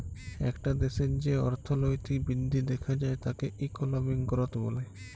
একটা দ্যাশের যে অর্থলৈতিক বৃদ্ধি দ্যাখা যায় তাকে ইকলমিক গ্রথ ব্যলে